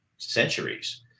centuries